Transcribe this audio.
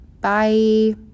Bye